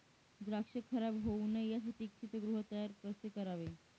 द्राक्ष खराब होऊ नये यासाठी शीतगृह तयार कसे करावे?